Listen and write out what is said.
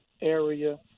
area